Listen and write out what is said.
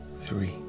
three